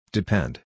Depend